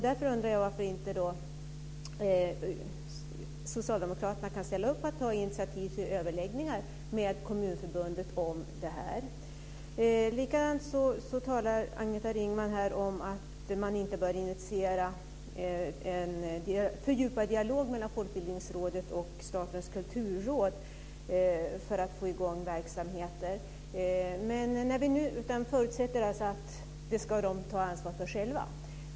Då undrar jag varför Socialdemokraterna inte kan ställa upp på att ta initiativ till överläggningar med Kommunförbundet om detta. Agneta Ringman talar här vidare om att man inte bör initiera en fördjupad dialog mellan Folkbildningsrådet och Statens kulturråd för att få i gång verksamheter. Hon förutsätter att de själva ska ta ansvar för detta.